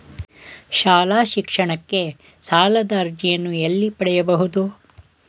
ಶಾಲಾ ಶಿಕ್ಷಣಕ್ಕೆ ಸಾಲದ ಅರ್ಜಿಯನ್ನು ಎಲ್ಲಿ ಪಡೆಯಬಹುದು?